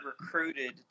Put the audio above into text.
recruited